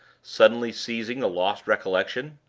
suddenly seizing the lost recollection.